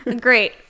great